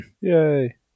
Yay